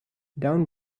down